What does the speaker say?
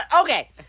okay